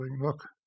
look